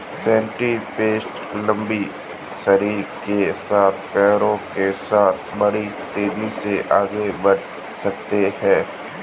centipedes लंबे शरीर के साथ पैरों के साथ बहुत तेज़ी से आगे बढ़ सकते हैं